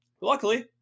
Luckily